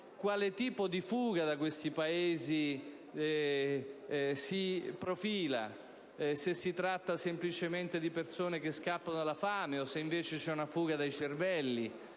quale tipo di fuga da questi Paesi si profili: se si tratti semplicemente di persone che scappano dalla fame o se invece sia una fuga di cervelli,